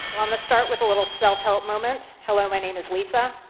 um to start with a little self-help moment. hello, my name is lisa.